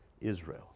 Israel